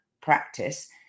practice –